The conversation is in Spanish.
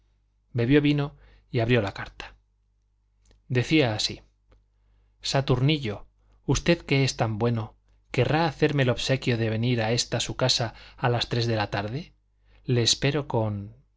atragantó bebió vino y abrió la carta decía así saturnillo usted que es tan bueno querrá hacerme el obsequio de venir a esta su casa a las tres de la tarde le espero con